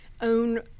own